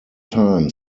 time